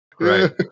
Right